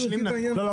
--- לא,